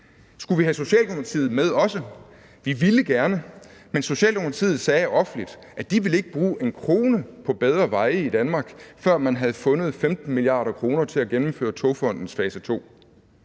Skulle vi have Socialdemokratiet med også? Vi ville gerne, men Socialdemokratiet sagde offentligt, at de ikke ville bruge en krone på bedre veje Danmark, før man havde fået 15 mia. kr. til at gennemføre Togfondens fase